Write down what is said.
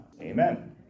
Amen